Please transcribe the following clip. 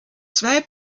zwei